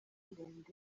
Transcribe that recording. ndende